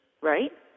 right